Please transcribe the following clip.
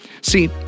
See